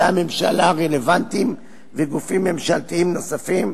הממשלה הרלוונטיים וגופים ממשלתיים נוספים,